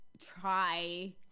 try